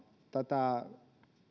tätä